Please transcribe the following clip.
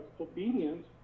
obedience